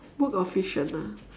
work of fiction ah